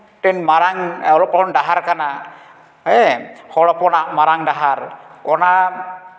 ᱢᱤᱫᱴᱮᱱ ᱢᱟᱨᱟᱝ ᱚᱞᱚᱜ ᱯᱚᱲᱦᱚᱱ ᱰᱟᱦᱟᱨ ᱠᱟᱱᱟ ᱦᱮᱸ ᱦᱚᱲ ᱦᱚᱯᱚᱱᱟᱜ ᱢᱟᱨᱟᱝ ᱰᱟᱦᱟᱨ ᱚᱱᱟ